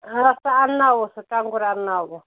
آ سُہ اَنناوو سُہ ٹۅنٛگُر اَنناوٕ بہٕ